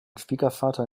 schwiegervater